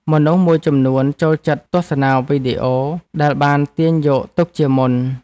មនុស្សមួយចំនួនចូលចិត្តទស្សនាវីដេអូដែលបានទាញយកទុកជាមុន។